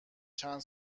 چند